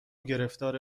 گرفتار